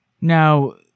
Now